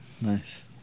Nice